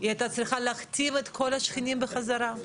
היא הייתה צריכה להחתים את כל השכנים בחזרה.